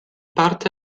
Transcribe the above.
parte